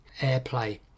AirPlay